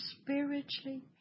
spiritually